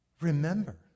remember